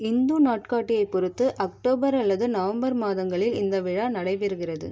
இந்து நாட்காட்டியை பொறுத்து அக்டோபர் அல்லது நவம்பர் மாதங்களில் இந்த விழா நடைபெறுகிறது